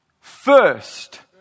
first